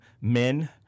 men